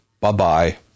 bye-bye